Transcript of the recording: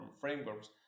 frameworks